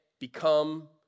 Become